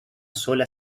sola